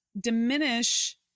diminish